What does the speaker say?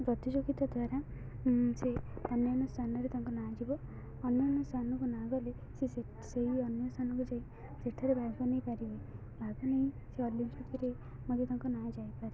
ପ୍ରତିଯୋଗିତା ଦ୍ୱାରା ସେ ଅନ୍ୟାନ୍ୟ ସ୍ଥାନରେ ତାଙ୍କ ନାଁ ଯିବ ଅନ୍ୟାନ୍ୟ ସ୍ଥାନକୁ ନାଁ ଗଲେ ସେ ସେହି ଅନ୍ୟ ସ୍ଥାନକୁ ଯାଇ ସେଠାରେ ଭାଗ ନେଇ ପାରିବେ ଭାଗ ନେଇ ସେ ଅଲମ୍ପିକରେ ମଧ୍ୟ ତାଙ୍କ ନାଁ ଯାଇପାରେେ